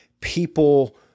people